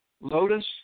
Lotus